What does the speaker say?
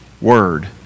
word